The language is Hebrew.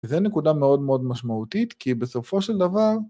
זה נקודה מאוד מאוד משמעותית, כי בסופו של דבר...